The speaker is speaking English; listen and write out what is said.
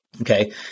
okay